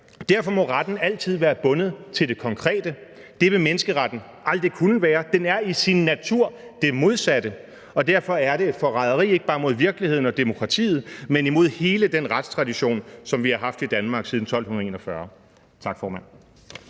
Derfor må retten altid været bundet til det konkrete. Det vil menneskeretten aldrig kunne være; den er i sin natur det modsatte. Derfor er den et forræderi, ikke bare mod virkeligheden og demokratiet, men mod hele den retstradition, som vi har haft i Danmark siden 1241. Tak, formand.